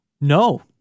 No